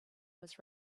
was